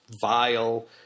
vile